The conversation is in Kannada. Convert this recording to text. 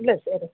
ಇಲ್ಲ ಸರ್